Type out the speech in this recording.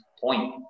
point